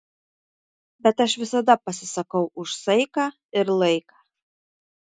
bet aš visada pasisakau už saiką ir laiką